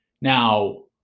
Now